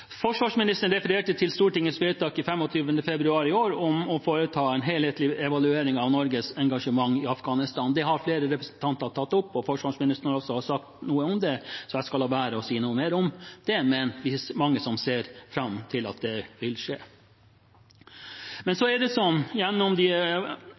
Forsvarsministeren refererte til Stortingets vedtak 25. februar i år om å foreta en helhetlig evaluering av Norges engasjement i Afghanistan. Det har flere representanter tatt opp, og forsvarsministeren har også sagt noe om det, så jeg skal la være å si noe mer om det. Men vi er mange som ser fram til at det vil skje.